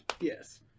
Yes